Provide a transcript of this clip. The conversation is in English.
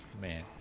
man